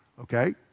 Okay